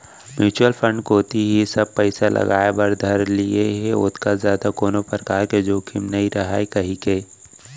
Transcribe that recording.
mutual fund कोती ही सब पइसा लगाय बर धर लिये हें ओतका जादा कोनो परकार के जोखिम नइ राहय कहिके